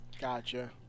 Gotcha